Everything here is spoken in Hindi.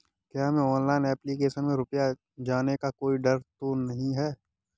क्या ऑनलाइन एप्लीकेशन में रुपया जाने का कोई डर तो नही है?